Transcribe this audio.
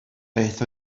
beth